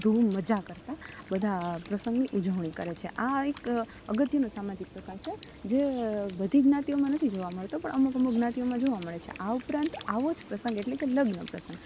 ધૂમ મજા કરતાં બધા પ્રસંગની ઉજવણી કરે છે આ એક અગત્યનો સામાજિક પ્રસંગ છે જે બધી જ્ઞાતિઓમાં નથી જોવા મળતો પણ અમુક અમુક જ્ઞાતિઓમાં જોવા મળે છે આ ઉપરાંત આવો જ પ્રસંગ એટલે કે લગ્ન પ્રસંગ